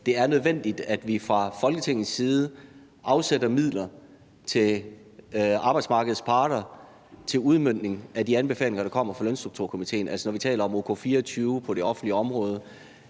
det er nødvendigt, at vi fra Folketingets side afsætter midler til arbejdsmarkedets parter til udmøntning af de anbefalinger, der kommer fra Lønstrukturkomitéen, altså når vi taler om ok-24 på det offentlige område.